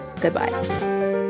goodbye